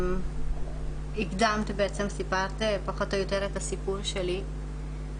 הקדמת וסיפרת את הסיפור שלי פחות או יותר,